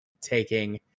taking